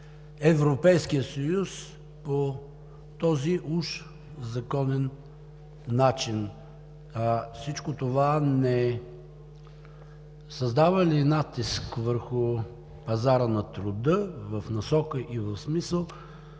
Европейския съюз, по този уж законен начин? Всичко това не създава ли натиск върху пазара на труда в насока и в смисъл